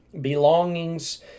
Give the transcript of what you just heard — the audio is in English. Belongings